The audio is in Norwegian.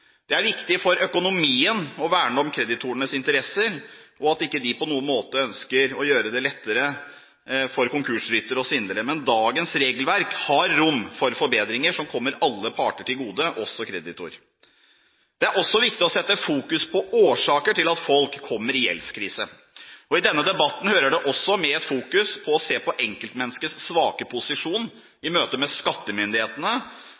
Det er viktig for økonomien å verne om kreditorenes interesser, og vi ønsker ikke på noen måte å gjøre det lettere for konkursryttere og svindlere. Men dagens regelverk har rom for forbedringer som kommer alle parter til gode, også kreditor. Det er også viktig å fokusere på årsaker til at folk kommer i gjeldskrise, og i denne debatten hører det med å fokusere på enkeltmenneskets svake posisjon